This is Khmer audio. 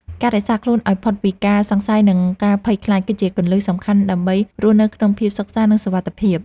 ការរក្សាខ្លួនឱ្យផុតពីការសង្ស័យនិងការភ័យខ្លាចគឺជាគន្លឹះសំខាន់ដើម្បីរស់នៅក្នុងភាពសុខសាន្តនិងសុវត្ថិភាព។